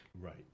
Right